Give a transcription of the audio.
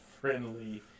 friendly